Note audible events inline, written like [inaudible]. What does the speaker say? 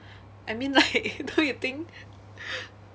I mean like [laughs] don't you think